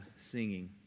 singing